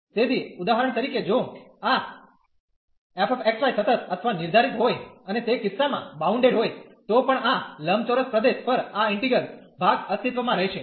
તેથી ઉદાહરણ તરીકે જો આ f x y સતત અથવા નિર્ધારિત હોય અને તે કિસ્સામાં બાઉન્ડેડ હોય તો પણ આ લંબચોરસ પ્રદેશ પર આ ઈન્ટિગ્રલ ભાગ અસ્તિત્વમાં રહેશે